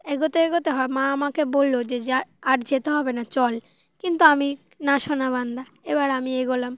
এগোতে এগোতে হয় মা আমাকে বললো যে যা আর যেতে হবে না চল কিন্তু আমি না শোনা বান্দা এবার আমি এগোলাম